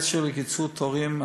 בקשר לתקצוב לקיצור תורים,